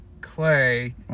clay